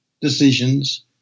decisions